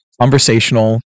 conversational